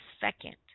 second